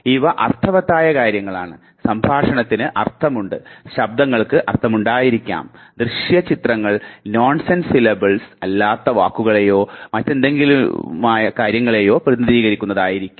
ഇവ അർത്ഥവത്തായ കാര്യങ്ങളാണ് സംഭാഷണത്തിന് അർത്ഥമുണ്ട് ശബ്ദങ്ങൾക്ക് അർത്ഥമുണ്ടായിരിക്കാം ദൃശ്യ ചിത്രങ്ങൾ നോൺസെൻസ് സിലബിൾസ് അല്ലാത്ത വാക്കുകളെയോ മറ്റെന്തിനെയെങ്കിലുമോ പ്രതിനിധീകരിക്കുന്നതായിരിരിക്കും